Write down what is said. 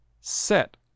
set